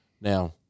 Now